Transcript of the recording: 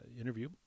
interview